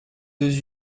deux